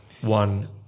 one